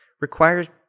requires